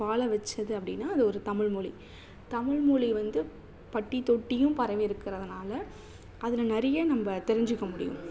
வாழ வைச்சது அப்படின்னா அது ஒரு தமிழ் மொழி தமிழ் மொழி வந்து பட்டித்தொட்டியும் பரவி இருக்கிறதனால அதில் நிறைய நம்ம தெரிஞ்சிக்க முடியும்